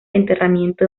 enterramiento